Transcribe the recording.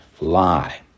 lie